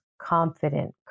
confident